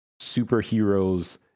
superheroes